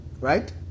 Right